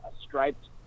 striped